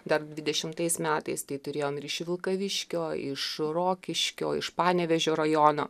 dar dvidešimtais metais tai turėjom ir iš vilkaviškio iš rokiškio iš panevėžio rajono